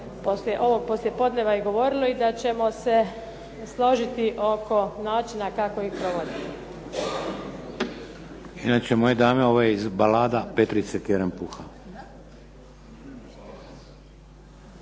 poslijepodneva i govorilo i da ćemo se složiti oko načina kako ih provoditi.